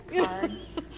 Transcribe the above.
Cards